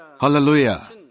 Hallelujah